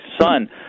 son